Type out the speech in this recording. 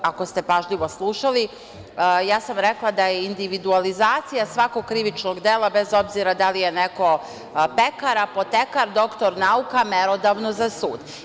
Ako ste pažljivo slušali, ja sam rekla da je individualizacija svakog krivičnog dela, bez obzira da li je neko pekar, apotekar, doktor nauka, merodavno za sud.